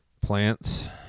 plants